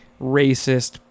racist